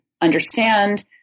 understand